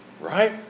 Right